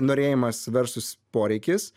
norėjimas versus poreikis